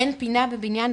אין פינה בבניין,